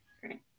Great